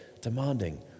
demanding